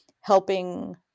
helping